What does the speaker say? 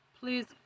Please